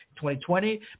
2020